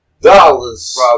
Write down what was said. dollars